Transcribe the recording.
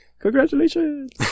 congratulations